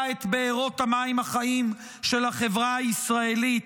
את בארות המים החיים של החברה הישראלית.